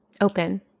Open